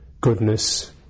goodness